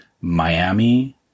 Miami